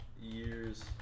years